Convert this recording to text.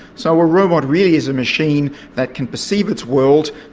so a robot really is a machine that can perceive its world,